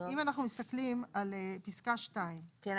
אם אנחנו מסתכלים על פסקה 2. כן,